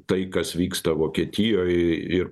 tai kas vyksta vokietijoj ir